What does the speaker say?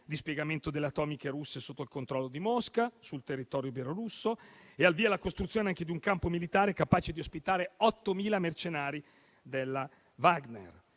dispiegamento delle atomiche russe sotto il controllo di Mosca sul territorio bielorusso ed è al via anche la costruzione di un campo militare capace di ospitare 8.000 mercenari della compagnia